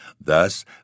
Thus